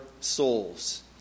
souls